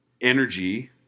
energy